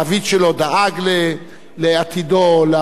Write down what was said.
לתקופת יציאתו לפנסיה.